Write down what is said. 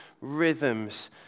rhythms